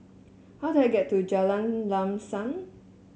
how do I get to Jalan Lam Sam